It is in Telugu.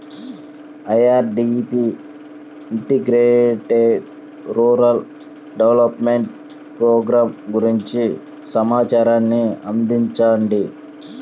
IRDP integrated rural development programme గురించి సమాచారాన్ని అందించండి?